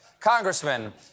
Congressman